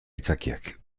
aitzakiak